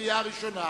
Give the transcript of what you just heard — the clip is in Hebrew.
לקריאה ראשונה.